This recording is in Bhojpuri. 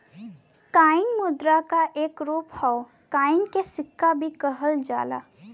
कॉइन मुद्रा क एक रूप हौ कॉइन के सिक्का भी कहल जाला